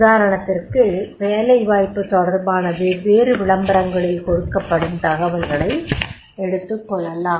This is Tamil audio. உதாரணத்திற்கு வேலைவாய்ப்பு தொடர்பான வெவ்வேறு விளம்பரங்களில் கொடுக்கப்படும் தகவல்களை எடுத்துக் கொள்ளலாம்